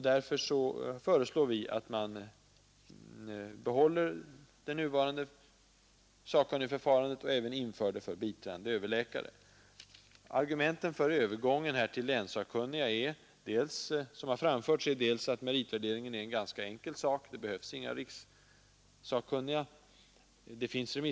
Därför föreslår vi att man behåller det nuvarande sakkunnigförfarandet och även inför det för biträdande överläkare. Ett av argumenten, som har framförts för övergång till länssakkunniga, är att meritvärderingen är en ganska enkel sak. Det behövs inga rikssakkunniga, påstås det.